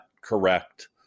correct